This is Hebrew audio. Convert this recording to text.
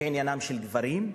היא עניינם של גברים,